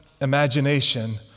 imagination